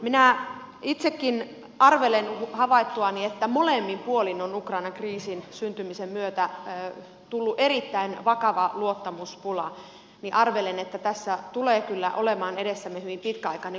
minä itsekin arvelen havaittuani että molemmin puolin on ukrainan kriisin syntymisen myötä tullut erittäin vakava luottamuspula että tässä tulee kyllä olemaan edessämme hyvin pitkäaikainen kriisi